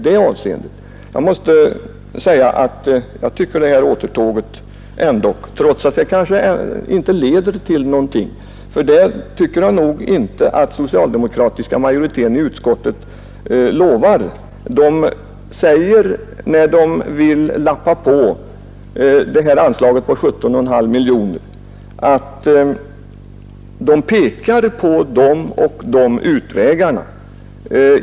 Jag tycker nog inte att den socialdemokratiska majoriteten i utskottet lovar att det här återtåget skall leda till någonting. När majoriteten vill lappa på 17,5-miljonersanslaget, pekar man på de och de utvägarna.